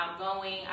outgoing